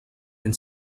and